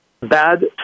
Bad